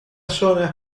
zona